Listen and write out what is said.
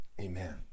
Amen